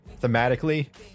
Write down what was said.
thematically